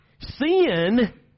Sin